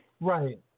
Right